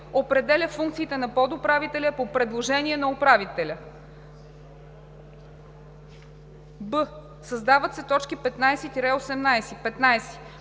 определя функциите на подуправителя по предложение на управителя;“. д) създават се точки 15 – 18: „15.